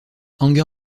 anger